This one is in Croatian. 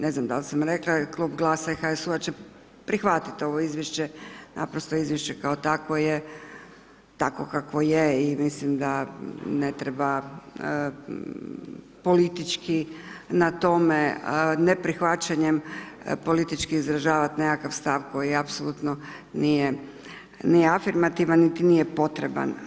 Ne znam dal sam rekla Klub GLAS-a i HSU-u će prihvatit ovo izvješće, naprosto izvješće kao takvo je, takvo kakvo je i mislim da ne treba politički na tome neprihvaćanjem politički izražavat nekakav stav koji apsolutno nije afirmativan, niti nije potreban.